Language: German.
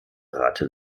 rate